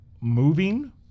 moving